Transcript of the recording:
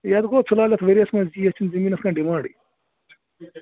یَتھ گوٚو فِلحال یتھ ؤرۍیَس منٛز یی یَتھ چھُنہٕ زٔمیٖنَس کانٛہہ ڈیمانٛڈے